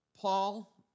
Paul